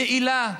יעילה.